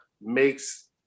makes